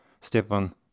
Stepan